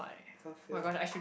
can't fail [what]